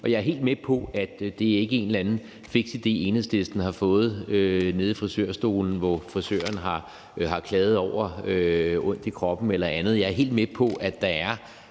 Jeg er helt med på, at det ikke er en eller anden fiks idé, Enhedslisten har fået nede i frisørstolen, hvor frisøren har klaget over ondt i kroppen eller andet. Jeg er helt med på, at der er